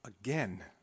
again